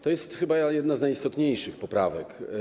To jest chyba jedna z najistotniejszych poprawek.